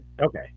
Okay